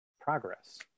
progress